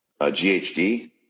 GHD